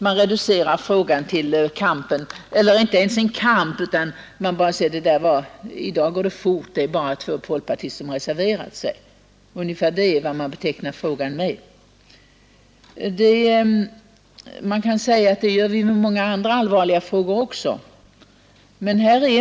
Man betraktar det inte ens som en kamp — man säger bara: ”I dag går det fort. Det är bara två folkpartister som har reserverat sig.” Ungefär så ser man frågan. Man kan invända att vi betraktar också många andra allvarliga frågor på det sättet.